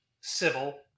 civil